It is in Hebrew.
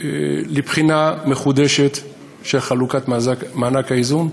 לבחינה מחודשת של חלוקת מענק האיזון,